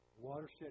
Watershed